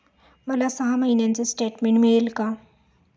मला सहा महिन्यांचे स्टेटमेंट मिळेल का?